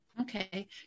Okay